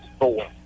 four